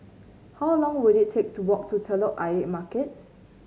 how long will it take to walk to Telok Ayer Market